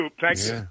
Thanks